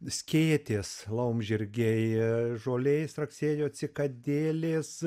skėtėsi laumžirgiai žolėje straksėjo cikadėlės